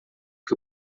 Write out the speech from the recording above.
que